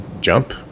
jump